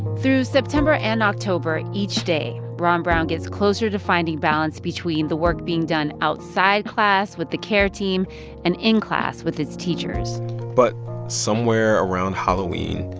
through september and october each day, ron brown gets closer to finding balance between the work being done outside class with the care team and in class with its teachers but somewhere around halloween,